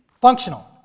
Functional